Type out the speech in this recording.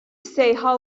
sejħa